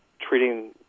treating